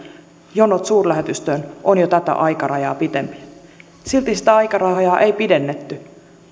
jonot suurlähetystöön ovat jo tätä aikarajaa pitempiä silti sitä aikarajaa ei pidennetty